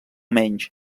menys